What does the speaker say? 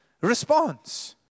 response